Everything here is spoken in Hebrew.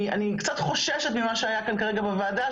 אני קצת חוששת ממה שהיה כאן כרגע בוועדה,